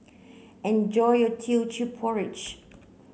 enjoy your Teochew Porridge